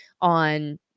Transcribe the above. on